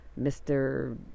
mr